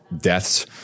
deaths